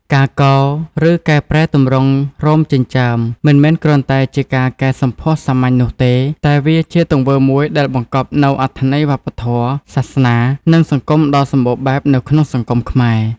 ការកោរ ឬកែប្រែទម្រង់រោមចិញ្ចើម មិនមែនគ្រាន់តែជាការកែសម្ផស្សសាមញ្ញនោះទេ តែវាជាទង្វើមួយដែលបង្កប់នូវអត្ថន័យវប្បធម៌ សាសនា និងសង្គមដ៏សម្បូរបែបនៅក្នុងសង្គមខ្មែរ។